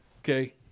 Okay